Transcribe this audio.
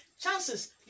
chances